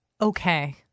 Okay